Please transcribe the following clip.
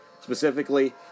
Specifically